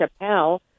Chappelle